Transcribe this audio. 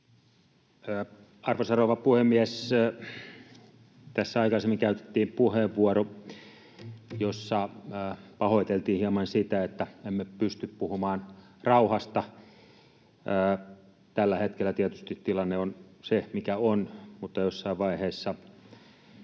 Arvoisa rouva puhemies! Tässä aikaisemmin käytettiin puheenvuoro, jossa pahoiteltiin hieman sitä, että emme pysty puhumaan rauhasta. Tällä hetkellä tietysti tilanne on se mikä on, mutta jossain vaiheessa